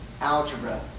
algebra